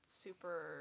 super